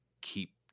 keep